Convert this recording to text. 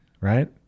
Right